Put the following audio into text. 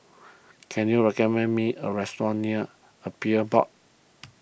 can you recommend me a restaurant near Appeals Board